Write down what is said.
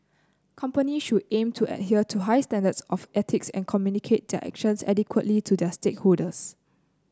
companies should aim to adhere to high standards of ethics and communicate their actions adequately to their stakeholders